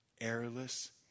airless